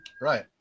Right